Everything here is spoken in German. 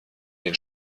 den